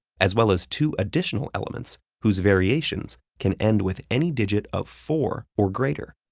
as well as two additional elements whose variations can end with any digit of four or greater.